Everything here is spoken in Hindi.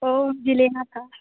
वह मुझे लेना था